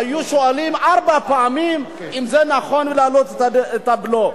היו שואלים ארבע פעמים אם זה נכון להעלות את הבלו.